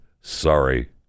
Sorry